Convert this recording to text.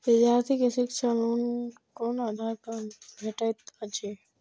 विधार्थी के शिक्षा लोन कोन आधार पर भेटेत अछि?